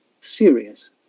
serious